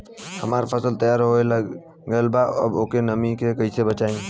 हमार फसल तैयार हो गएल बा अब ओके नमी से कइसे बचाई?